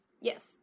Yes